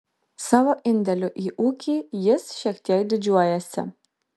savo indėliu į ūkį jis šiek tiek didžiuojasi